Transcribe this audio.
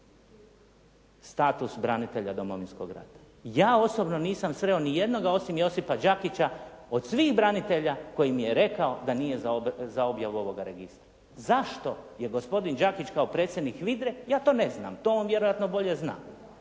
status branitelja Domovinskog rata. Ja osobno nisam sreo ni jednoga osim Josipa Đakića od svih branitelja koji mi je rekao da nije za objavu ovoga registra. Zašto je gospodin Đakić kao predsjednik HVIDRA-e ja to ne znam. To on vjerojatno bolje zna.